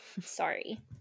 sorry